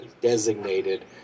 designated